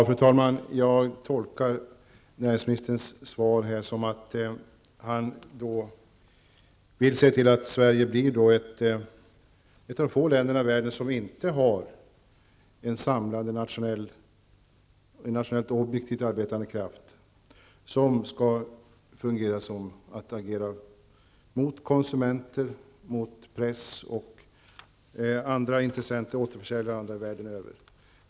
Fru talman! Jag tolkar näringsministerns svar som att han vill se till att Sverige blir ett av de få länder i världen som inte har en samlande nationell och objektivt arbetande kraft som skall agera för konsumenter, press, återförsäljare och andra intressenter världen över.